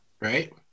right